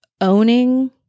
owning